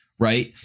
right